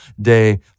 day